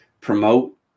promote